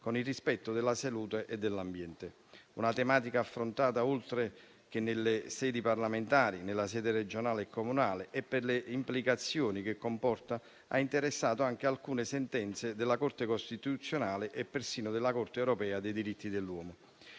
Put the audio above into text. e il rispetto della salute e del lavoro. La tematica è stata affrontata nelle sedi parlamentari e in quella regionale e comunale e, per le implicazioni che comporta, ha interessato anche alcune sentenze della Corte costituzionale e persino della Corte europea dei diritti dell'uomo.